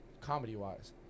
comedy-wise